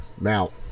Now